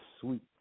sweet